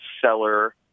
seller